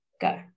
Go